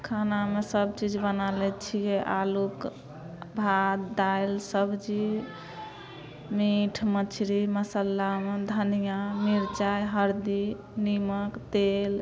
खानामे सब चीज बना लै छियै आलूक भात दालि सब्जी मीट मछरी मसालामे धनिआ मिरचाइ हरदी नीमक तेल